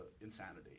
insanity